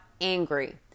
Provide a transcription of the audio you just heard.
angry